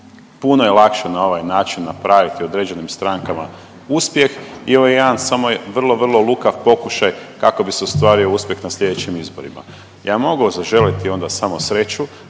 puno je lakše na ovaj način napraviti određenim strankama uspjeh i ovo je jedan samo vrlo, vrlo lukav pokušaj kako bi se ostvario uspjeh na slijedećim izborima. Ja vam mogu zaželiti onda samo sreću,